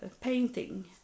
painting